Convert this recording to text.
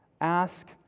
Ask